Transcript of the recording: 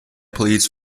pleads